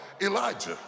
Elijah